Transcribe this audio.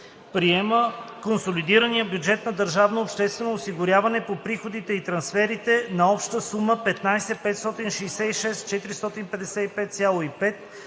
Приема консолидирания бюджет на държавното обществено осигуряване по приходите и трансферите на обща сума 15 566 455,5